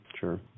sure